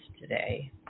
today